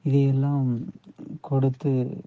இதையெல்லாம் கொடுத்து